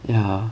ya